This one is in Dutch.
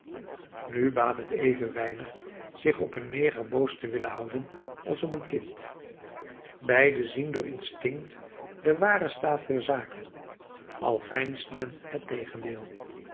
nu baat het even weinig zich op een neger boos te willen houden als op een kind beiden zien door instinct den waren staat der zaken al veinst men het tegendeel